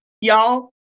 y'all